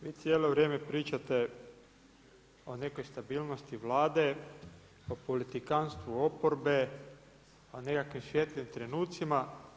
Vi cijelo vrijeme pričate o nekoj stabilnosti Vlade, o politikantstvu oporbe, o nekakvim svijetlim trenucima.